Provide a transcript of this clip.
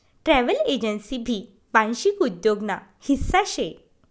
travel agency भी वांशिक उद्योग ना हिस्सा शे